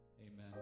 Amen